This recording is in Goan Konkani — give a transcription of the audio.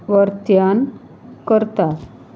वर्त्यान करतात